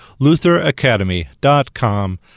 lutheracademy.com